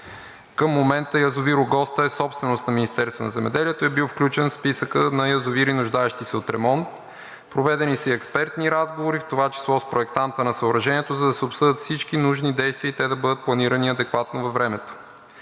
Към момента язовир „Огоста“ е собственост на Министерството на земеделието и е бил включен в списъка на язовири, нуждаещи се от ремонт. Проведени са и експертни разговори, в това число с проектанта на съоръжението, за да се обсъдят всички нужни действия и те да бъдат планирани адекватно във времето.